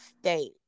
state